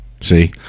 see